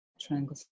Triangle